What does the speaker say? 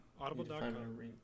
Audible.com